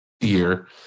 year